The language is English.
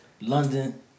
London